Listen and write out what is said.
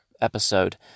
episode